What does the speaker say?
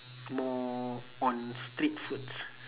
more on street foods